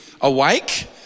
awake